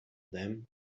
them